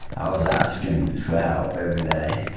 i was asking for help every day,